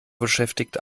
beschäftigt